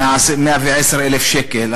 110,000 שקל,